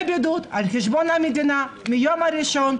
הבידוד על חשבון המדינה מהיום הראשון,